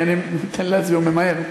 אני מתאר לעצמי, הוא ממהר.